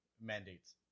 Mandates